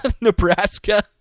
Nebraska